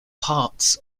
parts